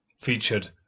featured